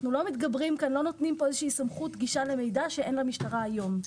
אנחנו לא נותנים כאן איזושהי סמכות גישה למידע שאין למשטרה היום.